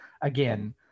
again